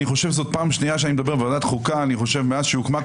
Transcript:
אני חושב שזאת פעם שנייה שאני מדבר בוועדת חוקה מאז הוקמה,